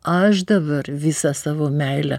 aš dabar visą savo meilę